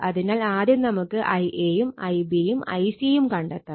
അതിനാൽ ആദ്യം നമുക്ക് Ia യും Ib യും Ic യും കണ്ടെത്തണം